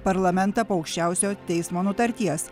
parlamentą po aukščiausiojo teismo nutarties